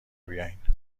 بیاین